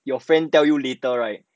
your friend tell you later right